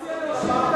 אז אתה מציע להושיב את,